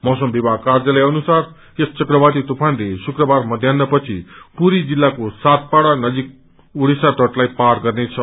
मौसम विभाग क्वर्यालय अनुसार यस चक्रवाती तुफानले शुकबार मध्यान्डपछि पुरी जिल्लाको सातपाङ्म नजिक उड़िस्सा तटलाई पार गर्नेछ